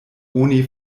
oni